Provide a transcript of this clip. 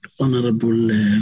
Honourable